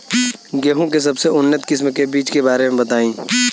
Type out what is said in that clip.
गेहूँ के सबसे उन्नत किस्म के बिज के बारे में बताई?